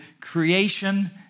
Creation